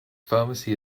pharmacy